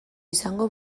izango